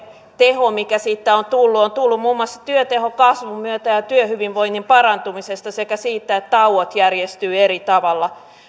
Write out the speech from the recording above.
teho mikä siitä on tullut on tullut muun muassa työtehon kasvun myötä ja ja työhyvinvoinnin parantumisesta sekä siitä että tauot järjestyvät eri tavalla